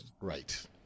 Right